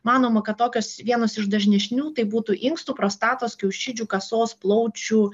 manoma kad tokios vienos iš dažnesnių tai būtų inkstų prostatos kiaušidžių kasos plaučių